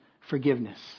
forgiveness